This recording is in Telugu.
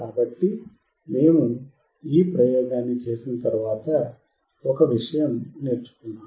కాబట్టి మేము ఈ ప్రయోగాన్ని చేసిన తరువాత ఒక విషయం నేర్చుకున్నాము